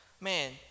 man